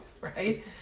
right